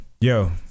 Yo